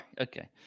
okay